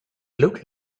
look